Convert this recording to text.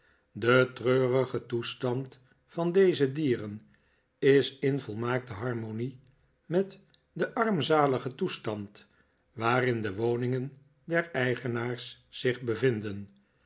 de treurige toestand van deze dieren is in volmaakte harmonie met den armzaligen toestand waarin de woningen der eigenaars zich bevinden